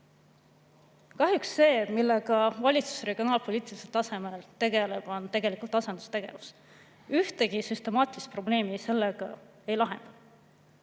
Kahjuks on see, millega valitsus regionaalpoliitilisel tasemel tegeleb, tegelikult asendustegevus. Ühtegi süstemaatilist probleemi sellega ei lahenda.